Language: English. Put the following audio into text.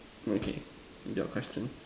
okay your question